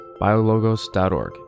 biologos.org